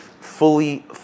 fully